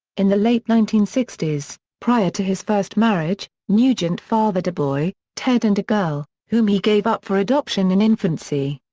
in the late nineteen sixty s, prior to his first marriage, nugent fathered a boy, ted and a girl, whom he gave up for adoption in infancy.